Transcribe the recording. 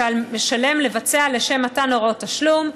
שעל משלם לבצע לשם מתן הוראות תשלום,